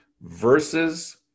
versus